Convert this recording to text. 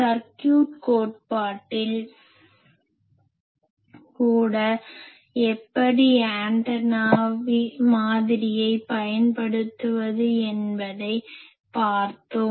circuit கோட்பாட்டில் கூட எப்படி ஆண்டனா மாதிரியைப் பயன்படுத்துவது என்பதைப் பார்த்தோம்